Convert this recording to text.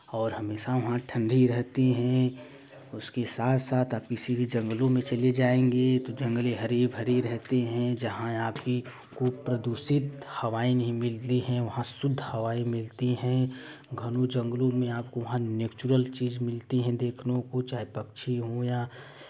और हमेशा वहाँ ठण्डी रहती है उसके साथ साथ आप किसी भी जंगलों में चले जाएंगे तो जंगले हरे भरे रहते हैं जहाँ आपकी को प्रदूषित हवाएं नहीं मिलती है वहाँ शुद्ध हवाएँ मिलती हैं घने जंगलों में आपको वहाँ नेचुरल चीज़ मिलती हैं देखने को चाहे पक्षी हों या